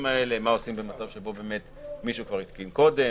האלה מה עושים במצב שבו באמת מישהו כבר התקין קודם,